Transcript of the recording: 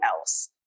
else